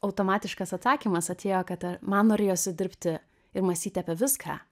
automatiškas atsakymas atėjo kad man norėjosi dirbti ir mąstyti apie viską